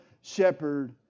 shepherd